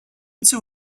two